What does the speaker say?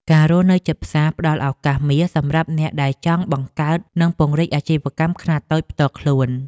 ការរស់នៅជិតផ្សារផ្តល់ឱកាសមាសសម្រាប់អ្នកដែលចង់បង្កើតនិងពង្រីកអាជីវកម្មខ្នាតតូចផ្ទាល់ខ្លួន។